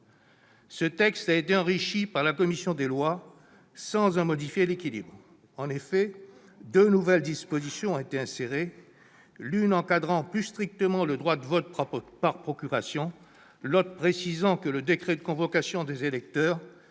des lois a enrichi ce projet de loi organique sans en modifier l'équilibre. En effet, deux nouvelles dispositions ont été insérées : l'une encadrant plus strictement le droit de vote par procuration ; l'autre précisant que le décret de convocation des électeurs